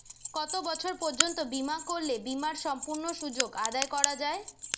কত বছর পর্যন্ত বিমা করলে বিমার সম্পূর্ণ সুযোগ আদায় করা য়ায়?